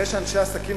זה שאנשי עסקים,